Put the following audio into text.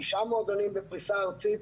תשעה מועדונים בפריסה ארצית.